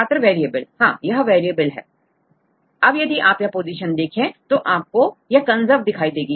छात्र वेरिएबल यह वेरिएबल है अब यदि आप यह पोजीशन देखें तो आपको यह कंजर्व दिखाई देगी